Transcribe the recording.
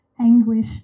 anguish